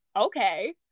okay